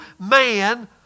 man